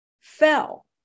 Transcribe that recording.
fell